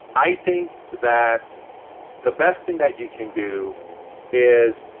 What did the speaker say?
i think that the best thing that you can do is,